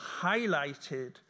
highlighted